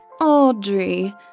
Audrey